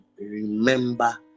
remember